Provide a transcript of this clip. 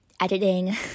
editing